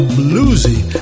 bluesy